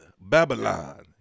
Babylon